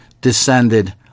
descended